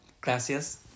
Gracias